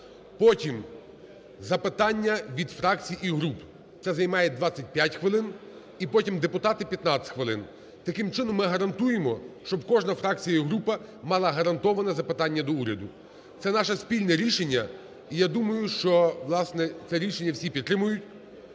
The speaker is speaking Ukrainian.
потім – запитання від фракцій і груп, це займає 25 хвилин, і потім депутати – 15 хвилин. Таким чином, ми гарантуємо, щоб кожна фракція і група мала гарантоване запитання до уряду. Це наше спільне рішення і я думаю, що, власне, це рішення всі підтримають.